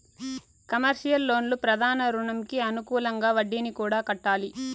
commercial లోన్లు ప్రధాన రుణంకి అనుకూలంగా వడ్డీని కూడా కట్టాలి